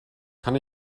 kann